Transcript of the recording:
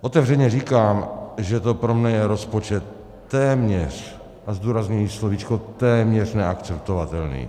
Otevřeně říkám, že to pro mě je rozpočet téměř a zdůrazňuji slovíčko téměř neakceptovatelný.